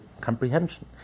comprehension